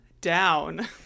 down